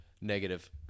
Negative